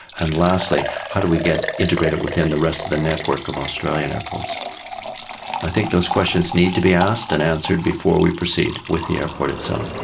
and lastly, how do we get integrated within the rest of the network of australian airports? and i think those questions need to be asked and answered before we proceed with the airport itself.